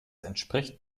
entspricht